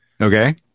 Okay